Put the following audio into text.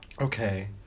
okay